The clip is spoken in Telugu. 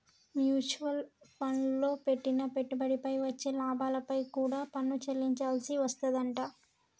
మ్యూచువల్ ఫండ్లల్లో పెట్టిన పెట్టుబడిపై వచ్చే లాభాలపై కూడా పన్ను చెల్లించాల్సి వస్తాదంట